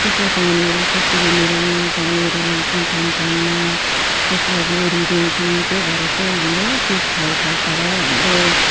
त्यसलाई पानीहरू कसरी मिलाउनु पानीहरू लगाउँछौँ टाइम टाइममा त्यसलाई गोडिदिन्छौँ त्यो भएर चाहिँ हाम्रो त्यो फल फल्छ र हाम्रो